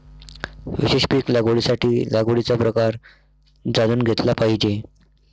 विशेष पीक लागवडीसाठी लागवडीचा प्रकार जाणून घेतला पाहिजे